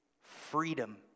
freedom